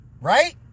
Right